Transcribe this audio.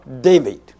David